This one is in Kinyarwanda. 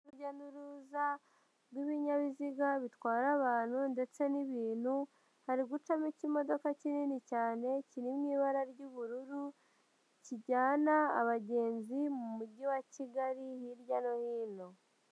Urujya n'uruza rw'ibinyabiziga bitwara abantu ndetse n'ibintu, hari gucamo ikimo kinini cyane kirimo ibara ry'ubururu, kijyana abagenzi mu mujyi wa Kigali hirya no hino.